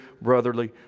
brotherly